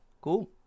cool